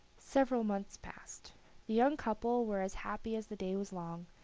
several months passed. the young couple were as happy as the day was long,